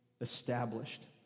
established